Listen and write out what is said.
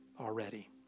already